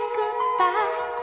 goodbye